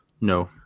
No